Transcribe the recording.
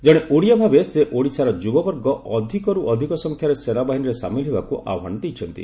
ଜଣେ ଓଡ଼ିଆ ଭାବେ ସେ ଓଡ଼ିଶାର ଯୁବବର୍ଗ ଅଧିକରୁ ଅଧିକ ସଂଖ୍ୟାରେ ସେନାବାହିନୀରେ ସାମିଲ୍ ହେବାକୁ ଆହ୍ୱାନ ଦେଇଛନ୍ତି